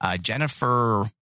Jennifer